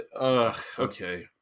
okay